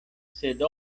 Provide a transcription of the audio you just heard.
sed